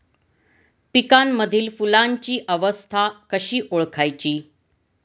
पिकांमधील फुलांची अवस्था कशी ओळखायची?